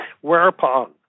Whereupon